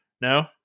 no